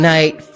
Night